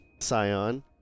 scion